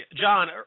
John